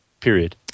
period